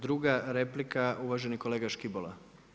Druga replika, uvaženi kolega Škibola.